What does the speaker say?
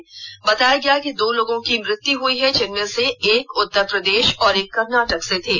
उन्होंने बताया कि दो लोगों की मृत्यु हुईं जिनमें से एक उत्तर प्रदेश और एक कर्नाटक से थे